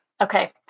Okay